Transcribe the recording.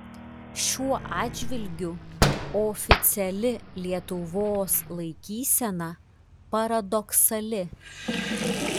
šiuo atžvilgiu oficiali lietuvos laikysena paradoksali